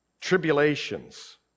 Tribulations